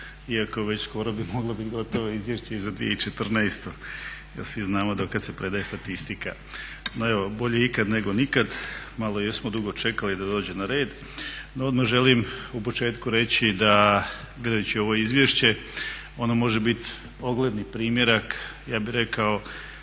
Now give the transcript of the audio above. iako već skoro bi moglo biti gotovo izvješće i za 2014. jer svi znamo dokad se predaje statistika, no evo bolje ikad nego nikad. Malo jesmo dugo čekali da dođe na red. No odmah želim u početku reći da gledajući ovo izvješće ono može bit ogledni primjerak ja bih rekao